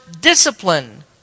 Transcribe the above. discipline